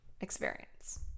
experience